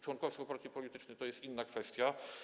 Członkostwo w partii politycznej to jest inna kwestia.